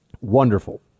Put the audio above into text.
wonderful